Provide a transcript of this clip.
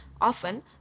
often